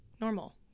normal